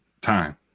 time